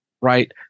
right